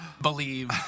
believe